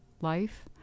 life